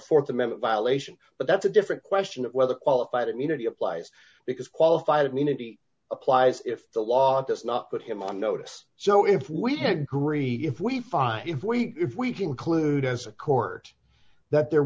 th amendment violation but that's a different question of whether qualified immunity applies because qualified immunity applies if the law does not put him on notice so if we had agreed if we find if we if we conclude as a court that there